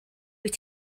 wyt